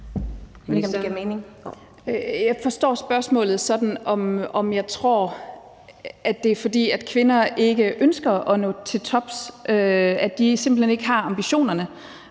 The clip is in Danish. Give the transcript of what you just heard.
Jeg forstår spørgsmålet sådan, om jeg tror, det er, fordi kvinder ikke ønsker at nå til tops, altså at de simpelt hen ikke har ambitionerne.